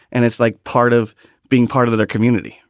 and it's like part of being part of their community.